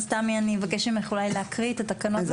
תמי, אני אבקש ממך אולי להקריא את התקנות.